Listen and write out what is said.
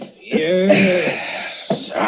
Yes